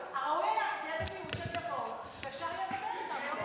הראוי היה שזה יהיה בדיון שהם יבואו ואפשר יהיה לדבר איתם.